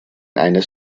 eines